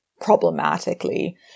problematically